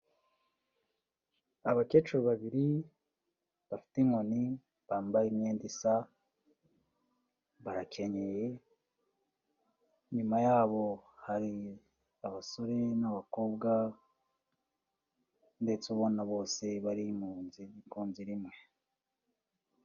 Abakecuru babiri bafite inkoni bambaye imyenda isa barakenye inyuma yabo hari abasore n'abakobwa ndetse ubona bose bari mu nzira ku nzira imwe.